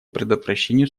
предотвращению